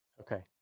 Okay